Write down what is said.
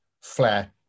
Flair